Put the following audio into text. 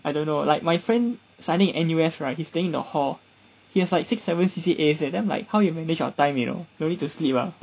I don't know like my friend studying in N_U_S right is staying in the hall he has like six seven C_C_As leh then like how you manage your time you know don't need to sleep ah